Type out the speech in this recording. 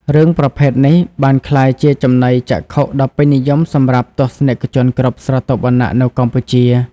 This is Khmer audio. រឿងប្រភេទនេះបានក្លាយជាចំណីចក្ខុដ៏ពេញនិយមសម្រាប់ទស្សនិកជនគ្រប់ស្រទាប់វណ្ណៈនៅកម្ពុជា។